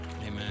Amen